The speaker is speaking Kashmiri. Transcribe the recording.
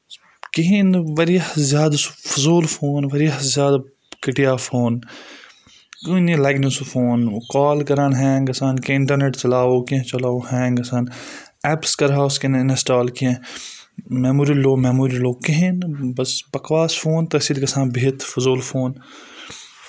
کہیٖنۍ نہٕ واریاہ زیادٕ سُہ فضوٗل فون واریاہ زیادٕ گٔٹیا فون لَگہِ نہٕ سُہ فون کال کَران ہینٛگ گژھان کینٛہہ اِنٹَرنؠٹ چَلاوو کینٛہہ چَلاوو ہینگ گژھان ایپٕس کَرٕہاو نہٕ اِنَسٹال کینٛہہ میموری لو مؠموری لو کِہیٖنۍ نہٕ بَس پَکواس فون تٔتھۍ سۭتۍ گژھان بِہِتھ فضول فون